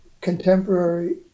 Contemporary